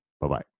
bye-bye